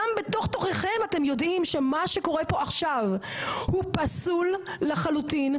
גם בתוך תוככם אתם יודעים שמה שקורה פה עכשיו הוא פסול לחלוטין,